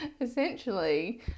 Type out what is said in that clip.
essentially